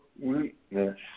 weakness